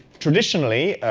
traditionally,